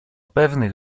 pewnych